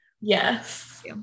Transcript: Yes